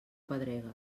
pedrega